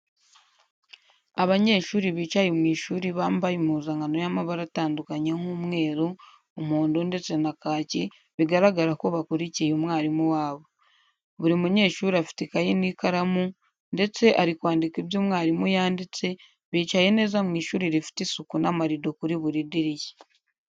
Abanyeshuri bicaye mu ishuri bambaye impuza nkano yamabara atandukanye nk' umweru, umuhondo ndetse n' akaki bigaragarako bakurikiye umwarimu wabo. Buri munyeshuri afite ikayi n' ikaramu ndetse ari kwandika ibyo umwaribu yanditse, bicaye neza mu ishuri rifite isuku na marido kuri buri dirishya.